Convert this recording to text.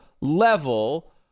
level